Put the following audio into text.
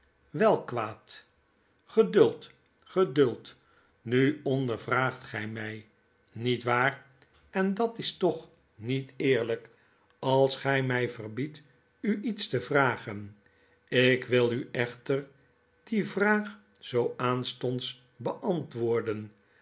welk kwaad geduld geduld nu ondervraagt gy my niet waar en dat is toch niet eerlyk als gy my verbiedt u iets te vragen ik wii u echter die vraag zoo aanstonds beantwoorden